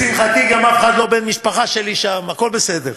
לשמחתי, גם אף אחד לא בן משפחה שלי שם, הכול בסדר.